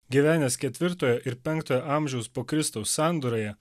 gyvenęs ketvirtojo ir penktojo amžiaus po kristaus sandūroje